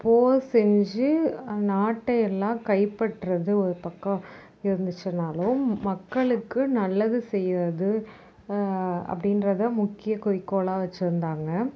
போர் செஞ்சு நாட்டை எல்லாம் கைப்பற்றது ஒரு பக்கம் இருந்துச்சினாலும் மக்களுக்கு நல்லது செய்யுறது அப்படின்றது முக்கிய குறிக்கோளாக வச்சுருந்தாங்க